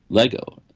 lego.